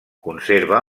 conserva